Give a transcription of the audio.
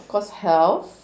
course health